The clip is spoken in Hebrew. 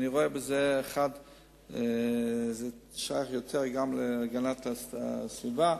זה שייך יותר להגנת הסביבה,